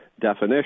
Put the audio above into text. definition